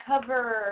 cover